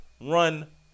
run